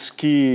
que